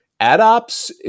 AdOps